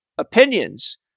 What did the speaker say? Opinions